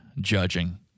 judging